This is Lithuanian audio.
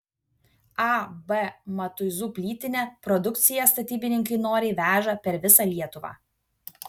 ab matuizų plytinė produkciją statybininkai noriai veža per visą lietuvą